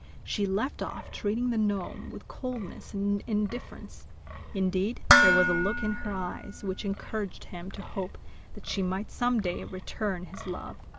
she left off treating the gnome with coldness and indifference indeed, there was a look in her eyes which encouraged him to hope that she might some day return his love,